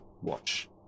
watch